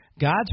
God's